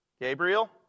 Gabriel